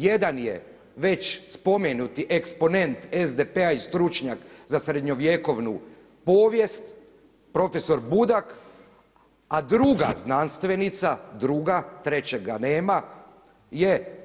Jedan je već spomenuti eksponent SDP-a i stručnjak za srednjovjekovnu povijest profesor Budak, a druga znanstvenica, druga, trećega nema je